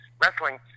wrestling